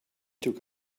took